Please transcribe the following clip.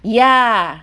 ya